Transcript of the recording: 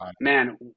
man